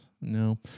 No